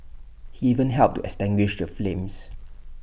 he even helped to extinguish the flames